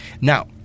Now